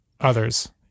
others